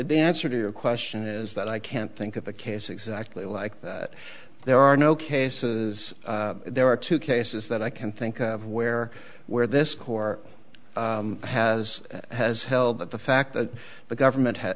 the answer to your question is that i can't think of a case exactly like that there are no cases there are two cases that i can think of where where this core has has held that the fact that the government ha